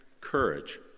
courage